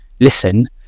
listen